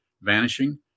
vanishing